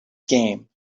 game